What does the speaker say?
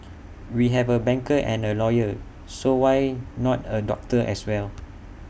we have A banker and A lawyer so why not A doctor as well